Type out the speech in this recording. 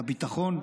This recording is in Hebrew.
לביטחון,